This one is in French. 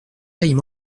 j’aille